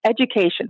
education